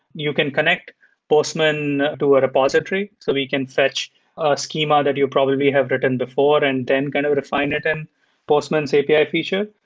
you can connect postman to a repository. so we can fetch a schema that you probably have written before and then kind of refine it in postman's api feature.